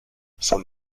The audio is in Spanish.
son